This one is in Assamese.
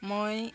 মই